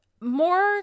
more